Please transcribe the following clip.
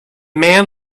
man